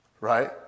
right